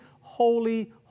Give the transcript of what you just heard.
Holy